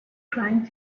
trying